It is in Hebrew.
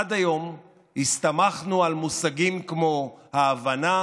עד היום הסתמכנו על מושגים כמו ההבנה